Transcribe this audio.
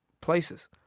places